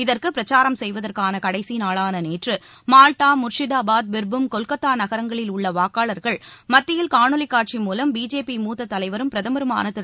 இதற்கு பிரச்சாரம் செய்வதற்கான கடைசி நாளான நேற்று மால்டா முர்ஷிதாபாத் பிர்பும் கொல்கத்தா நகரங்களில் உள்ள வாக்காளர்கள் மத்தியில் காணொலி காட்சி மூலம் பிஜேபி மூத்த தலைவரும் பிரதமருமான திரு